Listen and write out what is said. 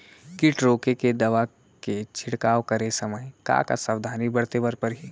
किट रोके के दवा के छिड़काव करे समय, का का सावधानी बरते बर परही?